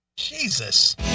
Jesus